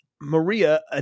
Maria